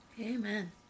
amen